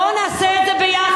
בואו נעשה את זה יחד.